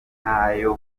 ntayo